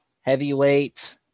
heavyweight